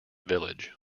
village